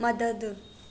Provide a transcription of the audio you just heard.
मदद